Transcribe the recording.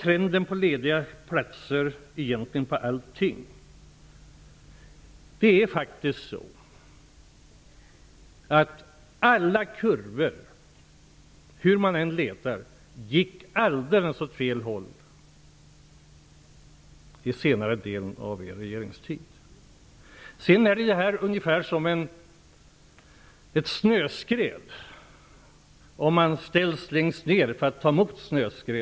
Trenden för lediga platser är likadan. Det är faktiskt så att alla kurvor, hur man än letar, gick alldeles åt fel håll under senare delen av er regeringstid. Det här är ungefär som ett snöskred som man ställs för att ta emot.